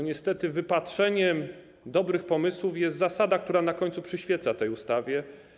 Niestety wypaczeniem dobrych pomysłów jest zasada, która na końcu przyświeca tej ustawie.